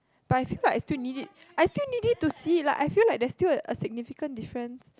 but I feel like I still it I still need it to see like I feel like there's a significant different